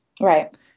Right